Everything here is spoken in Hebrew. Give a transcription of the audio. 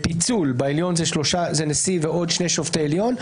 בעליון זה נשיא ועוד שני שופטי עליון,